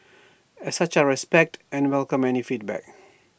as such I respect and welcome any feedback